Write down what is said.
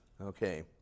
Okay